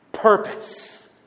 Purpose